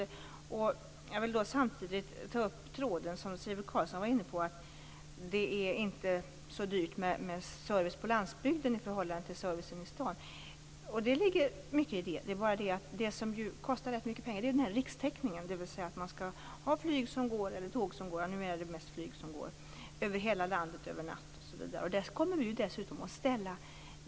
Jag vill samtidigt ta upp den tråd som Sivert Carlsson var inne på, nämligen att det inte är så dyrt med service på landsbygden i förhållande till service i staden. Det ligger mycket i det. Men det som kostar ganska mycket pengar är rikstäckningen, dvs. att man skall ha flyg eller tåg som går över hela landet - numera är det mest flyg.